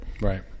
right